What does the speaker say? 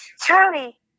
Charlie